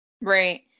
Right